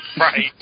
Right